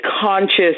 conscious